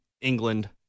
england